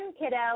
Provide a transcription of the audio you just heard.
Kiddo